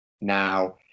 Now